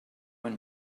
and